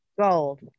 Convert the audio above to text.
gold